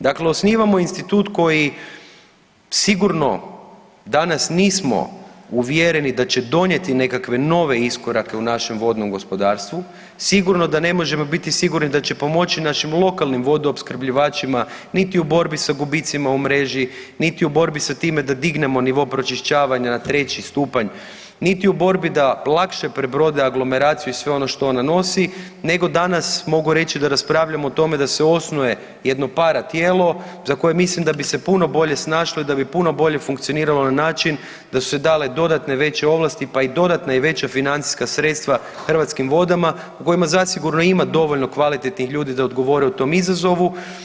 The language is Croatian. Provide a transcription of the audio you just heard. Dakle, osnivamo institut koji sigurno danas nismo uvjereni da će donijeti nekakve nove iskorake u našem vodnom gospodarstvu, sigurno da ne možemo biti sigurni da će pomoći našim lokalnim vodoopskrbljivačima niti u borbi sa gubicima u mreži, niti u borbi sa time da dignemo nivo pročišćavanja na treći stupanj, niti u borbi da lakše prebrode aglomeraciju i sve ono što ona nosi, nego danas mogu reći da raspravljamo o tome da se osnuje jedno paratijelo za koje mislim da bi se puno bolje snašlo i da bi puno bolje funkcioniralo na način da su se dale dodatne veće ovlasti pa i dodatna i veća financijska sredstva Hrvatskim vodama u kojima zasigurno ima dovoljno kvalitetnih ljudi da odgovore u tom izazovu.